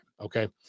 Okay